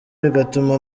bigatuma